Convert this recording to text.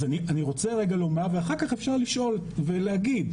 אז אני רוצה לומר, ואחר-כך, אפשר לשאול ולהגיד.